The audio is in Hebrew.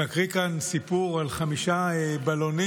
שמקריא כאן סיפור על חמישה בלונים.